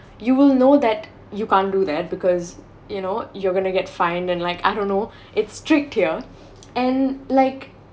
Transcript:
you will know that you can't do that because you know you're going to get fined then like I don't know it's strict here and like